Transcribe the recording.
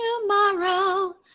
tomorrow